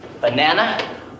Banana